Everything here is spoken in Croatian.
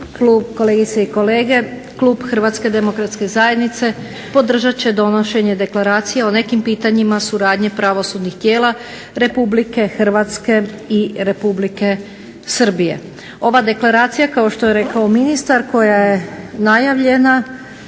kolegice i kolege. Klub Hrvatske demokratske zajednice podržat će donošenje Deklaracije o nekim pitanjima suradnje pravosudnih tijela Republike Hrvatske i Republike Srbije. Ova Deklaracija kao što je rekao ministar koja je najavljena